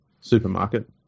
supermarket